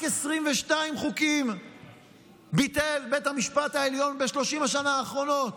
רק 22 חוקים ביטל בית המשפט העליון ב-30 השנים האחרונות.